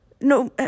No